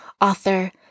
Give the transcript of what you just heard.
Author